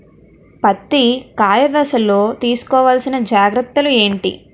పత్తి కాయ దశ లొ తీసుకోవల్సిన జాగ్రత్తలు ఏంటి?